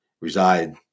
reside